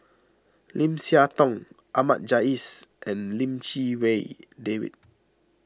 Lim Siah Tong Ahmad Jais and Lim Chee Wai David